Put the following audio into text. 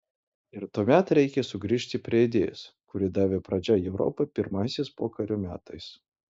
ir tuomet reikia sugrįžti prie idėjos kuri davė pradžią europai pirmaisiais pokario metais